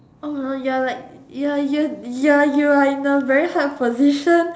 oh you are like you are ya you are you are in a very hard position